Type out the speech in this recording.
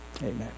Amen